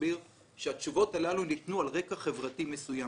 מסביר שהתשובות הללו ניתנו על רקע חברתי מסוים.